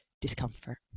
discomfort